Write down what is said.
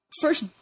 first